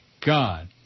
God